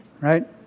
right